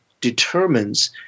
determines